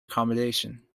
accommodation